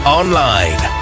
online